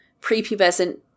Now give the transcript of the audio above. prepubescent